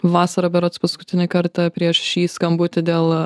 vasarą berods paskutinį kartą prieš šį skambutį dėl